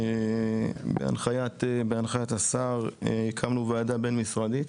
בהנחיית השר הקמנו ועדה בין משרדית.